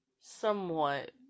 somewhat